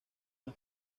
más